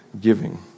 giving